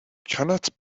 cannot